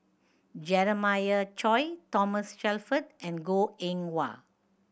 Jeremiah Choy Thomas Shelford and Goh Eng Wah